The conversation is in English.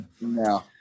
no